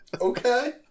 Okay